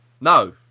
No